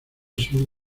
sur